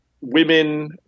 women